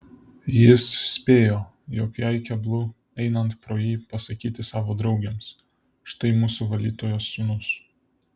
jis spėjo jog jai keblu einant pro jį pasakyti savo draugėms štai mūsų valytojos sūnus